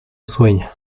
sueña